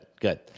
good